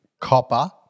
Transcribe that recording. copper